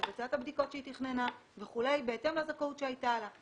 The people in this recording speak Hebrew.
לבצע את הבדיקות שהיא תכננה בהתאם לזכאות שהייתה לה,